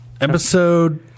Episode